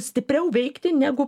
stipriau veikti negu